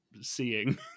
seeing